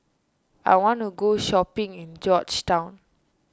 I want to go shopping in Georgetown